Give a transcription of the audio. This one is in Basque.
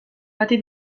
bati